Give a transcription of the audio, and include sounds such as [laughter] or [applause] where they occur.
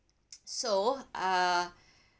[noise] so uh